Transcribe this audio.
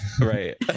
right